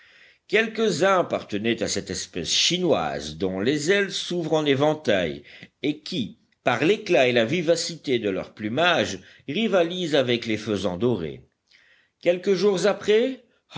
quelques-uns appartenaient à cette espèce chinoise dont les ailes s'ouvrent en éventail et qui par l'éclat et la vivacité de leur plumage rivalisent avec les faisans dorés quelques jours après